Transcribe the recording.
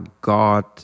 God